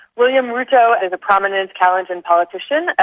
william ruto is a prominent kalenjin politician,